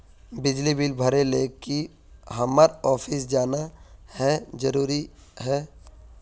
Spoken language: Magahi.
बिजली बिल भरे ले की हम्मर ऑफिस जाना है जरूरी है?